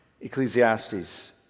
Ecclesiastes